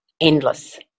endless